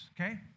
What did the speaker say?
okay